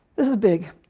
this is big.